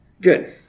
Good